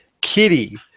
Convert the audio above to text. kitty